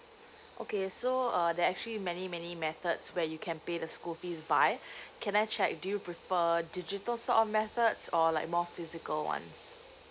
okay so uh there actually many many methods where you can pay the school fees by can I check do you prefer digital sort of methods or like more physical ones